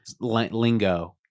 lingo